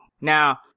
now